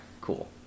cool